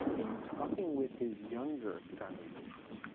in talking with his younger congregationists,